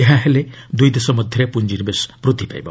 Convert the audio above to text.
ଏହାହେଲେ ଦୁଇଦେଶ ମଧ୍ୟରେ ପୁଞ୍ଜିନିବେଶ ବୃଦ୍ଧି ପାଇବ